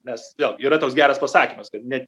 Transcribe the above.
nes vėl yra toks geras pasakymas kad ne